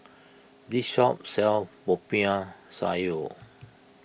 this shop sells Popiah Sayur